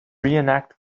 reenact